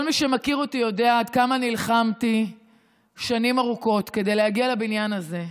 כל מי שמכיר אותי יודע עד כמה נלחמתי שנים ארוכות כדי להגיע לבניין הזה,